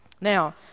Now